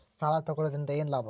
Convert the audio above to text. ಸಾಲ ತಗೊಳ್ಳುವುದರಿಂದ ಏನ್ ಲಾಭ?